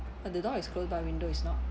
uh the door is closed but window is not